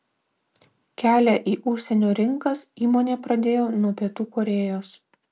kelią į užsienio rinkas įmonė pradėjo nuo pietų korėjos